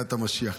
בביאת המשיח,